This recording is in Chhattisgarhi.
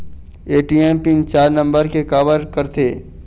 ए.टी.एम पिन चार नंबर के काबर करथे?